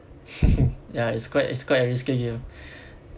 ya it's quite it's quite risky here